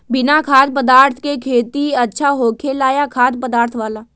बिना खाद्य पदार्थ के खेती अच्छा होखेला या खाद्य पदार्थ वाला?